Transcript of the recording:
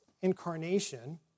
incarnation